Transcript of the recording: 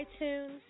iTunes